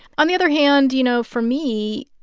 on the other hand, you know, for me,